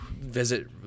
visit